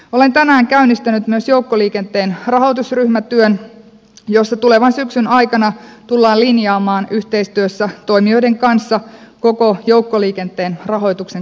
olen tänään käynnistänyt myös joukkoliikenteen rahoitusryhmätyön jossa tulevan syksyn aikana tullaan linjaamaan yhteistyössä toimijoiden kanssa koko joukkoliikenteen rahoituksen kokonaisuutta